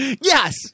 yes